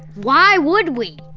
why would we?